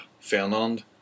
Fernand